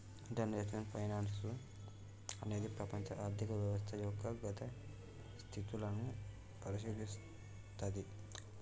international finance అనేది ప్రపంచ ఆర్థిక వ్యవస్థ యొక్క గతి స్థితులను పరిశీలిత్తది